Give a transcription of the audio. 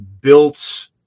built